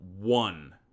One